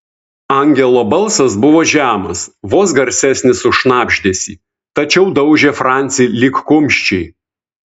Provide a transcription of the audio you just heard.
angelo balsas buvo žemas vos garsesnis už šnabždesį tačiau daužė francį lyg kumščiai